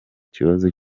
kibazo